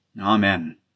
Amen